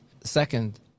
Second